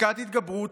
פסקת התגברות,